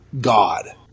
god